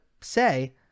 say